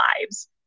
lives